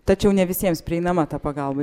tačiau ne visiems prieinama ta pagalba